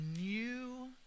new